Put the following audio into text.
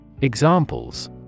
Examples